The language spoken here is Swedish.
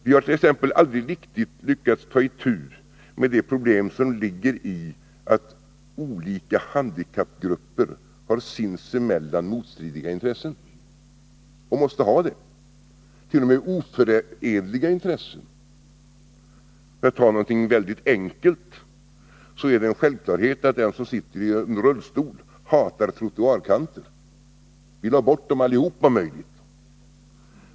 Vi har t.ex. aldrig riktigt lyckats ta itu med det problem som ligger i att olika handikappgrupper har sinsemellan motstridiga intressen. De måste ha det, och det kan varat.o.m. oförenliga intressen. För att ta någonting mycket enkelt, så är det en självklarhet att den som sitter i en rullstol hatar trottoarkanter och vill om möjligt ha bort dem allihop.